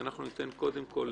אנחנו ניתן קודם כול